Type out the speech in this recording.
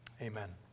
Amen